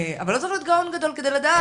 אבל לא צריך להיות גאון גדול כדי לדעת,